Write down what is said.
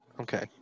Okay